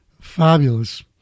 Fabulous